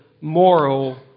moral